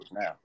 now